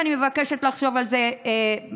ואני מבקשת לחשוב על זה מחדש.